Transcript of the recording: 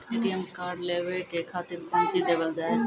ATM card लेवे के खातिर कौंची देवल जाए?